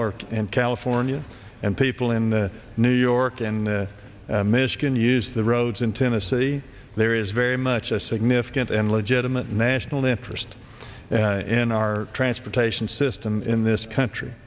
or in california and people in new york and michigan use the roads in tennessee there is very much a significant and legitimate national interest in our transportation system in this country